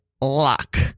luck